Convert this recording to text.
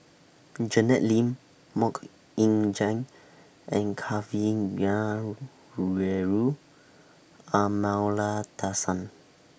Janet Lim Mok Ying Jang and Kavignareru Amallathasan